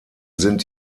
sind